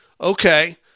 okay